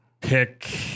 Pick